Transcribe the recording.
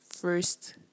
first